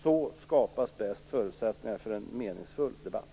Så skapas bäst förutsättningar för en meningsfull debatt.